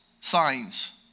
signs